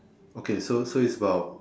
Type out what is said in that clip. okay so so is about